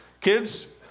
Kids